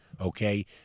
Okay